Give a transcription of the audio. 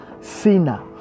sinner